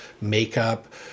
makeup